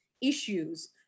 issues